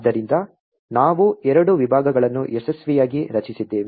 ಆದ್ದರಿಂದ ನಾವು ಎರಡು ವಿಭಾಗಗಳನ್ನು ಯಶಸ್ವಿಯಾಗಿ ರಚಿಸಿದ್ದೇವೆ